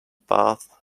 bath